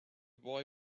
boy